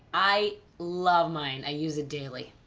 i love mine, i use it daily.